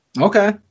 Okay